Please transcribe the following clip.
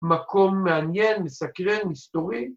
‫מקום מעניין, מסקרן, מיסתורי.